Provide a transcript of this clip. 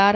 R